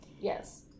Yes